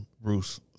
Bruce